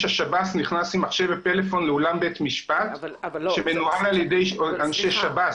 השב"ס נכנס עם מחשב ופלאפון שמנוהל על ידי אנשי שב"ס